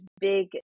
big